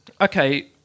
Okay